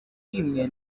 rimwe